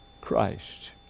Christ